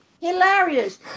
Hilarious